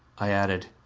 i added,